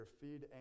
feed